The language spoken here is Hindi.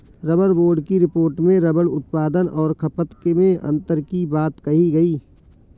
रबर बोर्ड की रिपोर्ट में रबर उत्पादन और खपत में अन्तर की बात कही गई